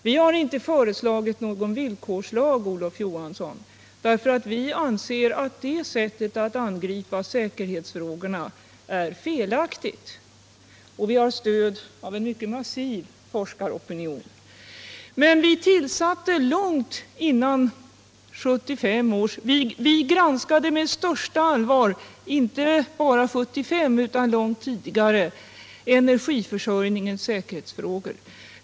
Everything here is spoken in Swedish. Vi har inte föreslagit någon villkorslag därför att vi anser att det sättet att angripa säkerhetsfrågorna är felaktigt, och vi har stöd av en mycket massiv forskaropinion. Men vi granskade med största allvar, inte bara 1975 utan långt tidigare, energiförsörjningens säkerhetsfrågor.